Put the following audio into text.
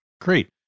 Great